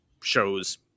shows